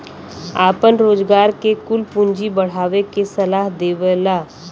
आपन रोजगार के कुल पूँजी बढ़ावे के सलाह देवला